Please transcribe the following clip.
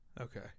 Okay